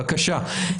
בבקשה,